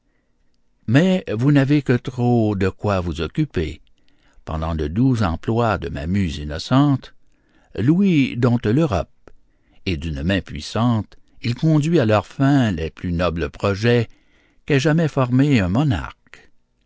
mais vous n'avez que trop de quoi vous occuper pendant le doux emploi de ma muse innocente louis dompte l'europe et d'une main puissante il conduit à leur fin les plus nobles projets qu'ait jamais formés un monarque